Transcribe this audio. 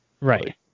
right